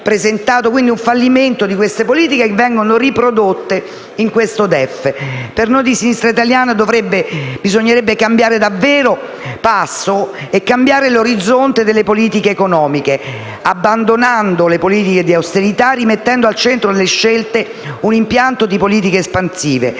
quindi un fallimento di queste politiche che vengono riprodotte nel DEF. Per noi di Sinistra Italiana bisognerebbe cambiare davvero passo e cambiare l'orizzonte delle politiche economiche, abbandonando le politiche di austerità e rimettendo al centro delle scelte un impianto di politiche espansive.